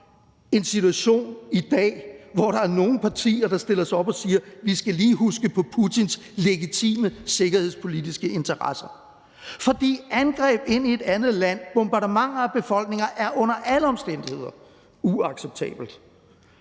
en situation i dag, hvor der er nogle partier, der stiller sig op og siger: Vi skal lige huske på Putins legitime sikkerhedspolitiske interesser. For angreb ind i et andet land, bombardementer af befolkninger, er under alle omstændigheder uacceptabelt.